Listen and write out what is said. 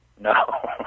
No